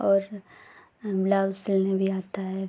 और ब्लाउज़ सिलना भी आता है